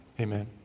Amen